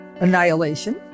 annihilation